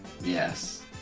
Yes